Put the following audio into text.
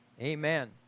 Amen